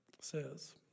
says